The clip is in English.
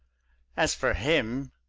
as for him,